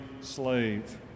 slave